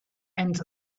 and